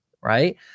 right